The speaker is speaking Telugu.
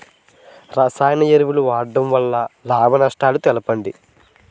రసాయన ఎరువుల వాడకం వల్ల లాభ నష్టాలను తెలపండి?